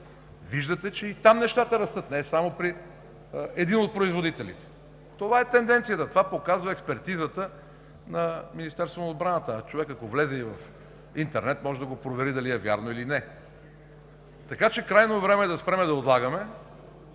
Виждате, че и там нещата растат не само при един от производителите. Това е тенденцията. Това показва експертизата на Министерството на отбраната. Човек, ако влезе и в интернет, може да го провери дали е вярно или не. Така че крайно време е да спрем да отлагаме.